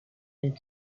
and